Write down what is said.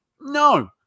No